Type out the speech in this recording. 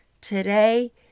Today